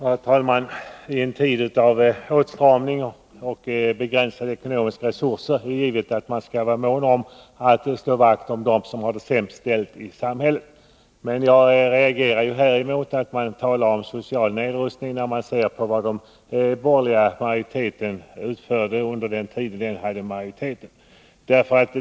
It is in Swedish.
Herr talman! I en tid av åtstramning och begränsade ekonomiska resurser är det givet att man skall vara mån om att slå vakt om dem som har det sämst ställt i samhället, men jag reagerar mot att man här talar om social nedrustning när man ser på vad de borgerliga partierna utförde under den tid då de hade majoritet.